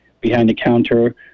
behind-the-counter